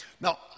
Now